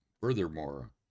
Furthermore